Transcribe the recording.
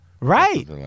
Right